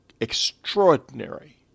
extraordinary